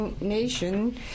nation